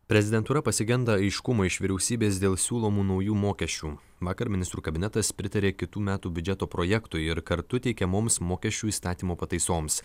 prezidentūra pasigenda aiškumo iš vyriausybės dėl siūlomų naujų mokesčių vakar ministrų kabinetas pritarė kitų metų biudžeto projektui ir kartu teikiamoms mokesčių įstatymo pataisoms